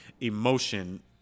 emotion